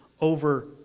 over